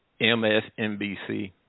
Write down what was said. MSNBC